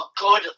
good